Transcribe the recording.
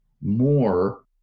more